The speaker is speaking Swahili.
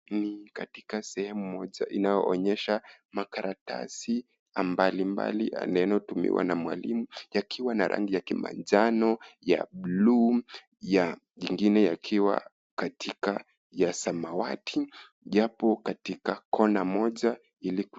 Ni katika sehemu moja inayoonyesha makaratasi mbalimbali inayotumiwa na mwalimu. Yakiwa na rangi ya kimanjano, ya buluu, ya, ingine yakiwa katika ya samawati yapo katika kona moja ili ku...